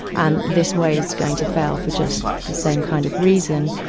and this way is going to fail for just the same kind of reason,